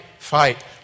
Fight